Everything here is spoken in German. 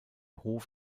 hof